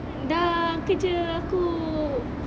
dah kerja aku